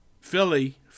Philly